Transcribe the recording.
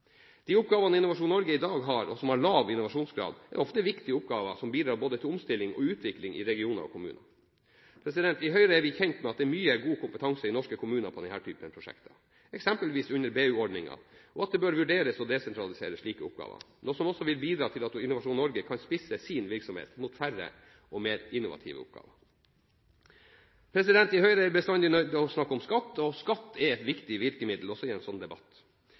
De oppgaver Innovasjon Norge i dag har, og som har lav innovasjonsgrad, er ofte viktige oppgaver som bidrar både til omstilling og utvikling i regioner og kommuner. I Høyre er vi kjent med at det er mye god kompetanse i norske kommuner på denne typen prosjekter, eksempelvis under BU-ordningen, og at det bør vurderes å desentralisere slike oppgaver – noe som også vil bidra til at Innovasjon Norge kan spisse sin virksomhet mot færre og mer innovative oppgaver. I Høyre er vi bestandig nødt til å snakke om skatt, og skatt er et viktig virkemiddel, også i en sånn debatt.